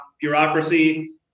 bureaucracy